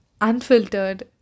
unfiltered